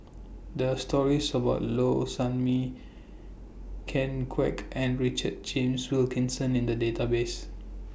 There Are stories about Low Sanmay Ken Kwek and Richard James Wilkinson in The Database